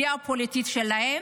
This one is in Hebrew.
בגלל הדעה הפוליטית שלהן